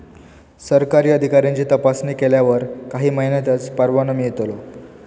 सरकारी अधिकाऱ्यांची तपासणी केल्यावर काही महिन्यांतच परवानो मिळतलो